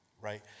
right